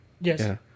Yes